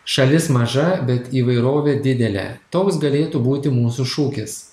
šalis maža bet įvairovė didelė toks galėtų būti mūsų šūkis